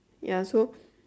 ya so